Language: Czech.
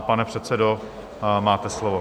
Pane předsedo, máte slovo.